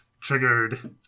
Triggered